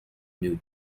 new